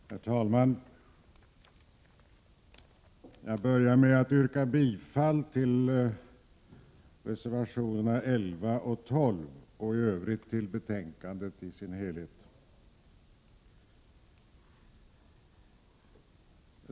Herr talman! Jag börjar med att yrka bifall till reservationerna 11 och 12 och i övrigt till utskottets hemställan i dess helhet.